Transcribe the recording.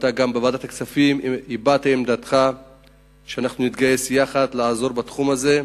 גם בוועדת הכספים הבעת את עמדתך שאנחנו נתגייס יחד לעזור בתחום הזה.